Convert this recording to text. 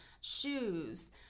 shoes